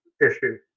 issue